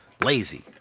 Lazy